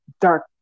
dark